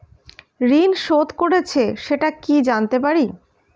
ঋণ শোধ করেছে সেটা কি জানতে পারি?